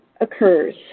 occurs